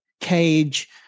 cage